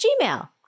gmail